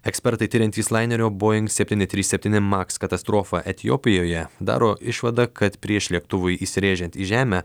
ekspertai tiriantys lainerio boing septyni trys septyni maks katastrofą etiopijoje daro išvadą kad prieš lėktuvui įsirėžiant į žemę